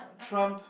Trump